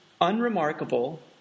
unremarkable